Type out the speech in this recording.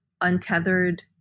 untethered